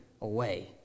away